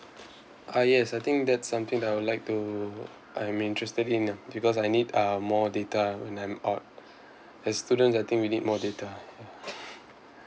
ah yes I think that's something that I would like to I'm interested in lah because I need uh more data when I'm out as students I think we need more data